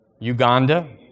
Uganda